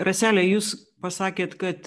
rasele jūs pasakėt kad